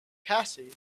cassie